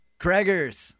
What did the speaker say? Craigers